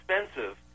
expensive